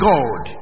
God